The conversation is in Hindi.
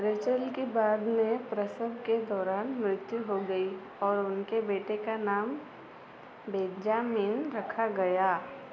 रेचेल की बाद में प्रसव के दौरान मृत्यु हो गई और उनके बेटे का नाम बेन्जामिन रखा गया